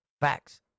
Facts